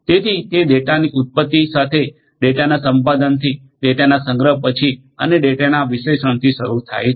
તેથી તે ડેટાની ઉત્પત્તિ સાથે ડેટાના સંપાદનથી ડેટાના સંગ્રહ પછી અને ડેટાના વિશ્લેષણથી શરૂ થાય છે